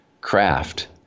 Craft